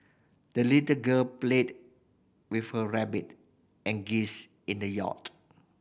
the little girl played with her rabbit and geese in the yard